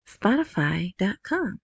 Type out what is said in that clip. Spotify.com